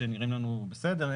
שנראים לנו בסדר,